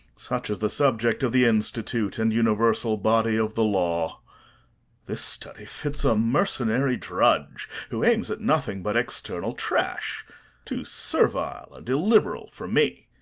such is the subject of the institute, and universal body of the law this study fits a mercenary drudge, who aims at nothing but external trash too servile and illiberal for me.